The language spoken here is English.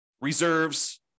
reserves